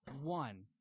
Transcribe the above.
One